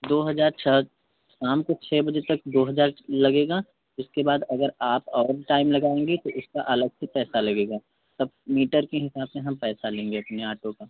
दो हजार छ शाम को छ बजे तक दो हजार लगेगा उसके बाद अगर आप और टाइम लगाएँगी तो उसका अलग से पैसा लगेगा सब मीटर के हिसाब से हम पैसा लेंगे अपने आटो का